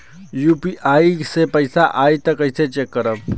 UPI से पैसा आई त कइसे चेक करब?